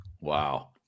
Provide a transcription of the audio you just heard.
Wow